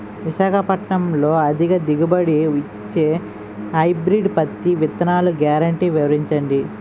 విశాఖపట్నంలో అధిక దిగుబడి ఇచ్చే హైబ్రిడ్ పత్తి విత్తనాలు గ్యారంటీ వివరించండి?